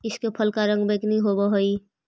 इसके फल का रंग बैंगनी होवअ हई